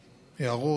ההערות,